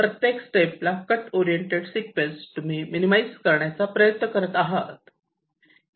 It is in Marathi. प्रत्येक स्टेप ला कट ओरिएंटेड सिक्वेन्स तुम्ही मिनिमाईज करण्याचा प्रयत्न करत आहात